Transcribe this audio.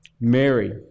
Mary